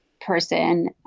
person